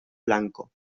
blanco